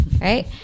Right